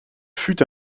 fut